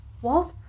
What